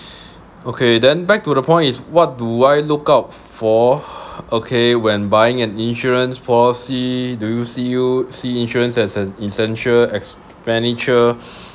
okay then back to the point is what do I look out for okay when buying an insurance policy do you see you see insurance as an essential as furniture